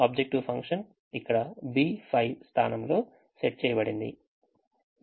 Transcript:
objective function ఇక్కడ B5 స్థానంలో set చేయబడింది